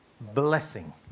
Blessing